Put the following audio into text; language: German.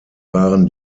waren